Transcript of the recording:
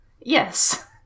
Yes